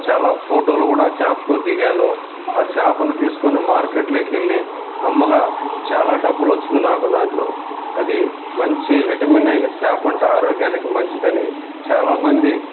చాలా ఫోటోలు కూడా ఆ చేపతో దిగాను ఆ చేపను తీసుకొని మార్కెట్లోకి వెళ్ళి అమ్మగా చాలా డబ్బులొచ్చింది నాకు దాంట్లో అది మంచి విటమిన్ అయిన చేప అట ఆరోగ్యానికి మంచిదని చాలామంది